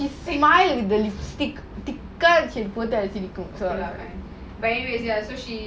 very easy ah so she